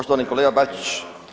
Poštovani kolega Bačić